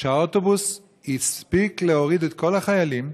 שהאוטובוס הספיק להוריד את כל החיילים,